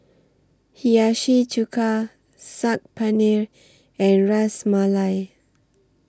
Hiyashi Chuka Saag Paneer and Ras Malai